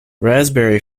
raspberry